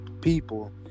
people